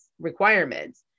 requirements